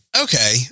okay